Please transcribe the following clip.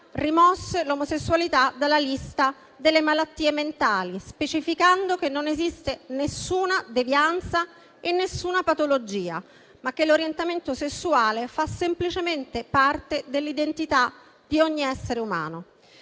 rimosse l'omosessualità dalla lista delle malattie mentali, specificando che non esiste alcuna devianza e alcuna patologia, ma che l'orientamento sessuale fa semplicemente parte dell'identità di ogni essere umano.